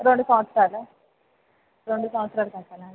రెండు సంవత్సరాలు రెండు సంవత్సరాలు కట్టాలా అండి